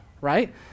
right